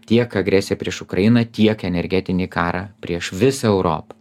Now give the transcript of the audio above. tiek agresiją prieš ukrainą tiek energetinį karą prieš visą europą